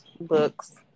Books